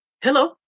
Hello